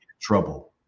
trouble